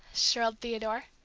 shrilled theodore.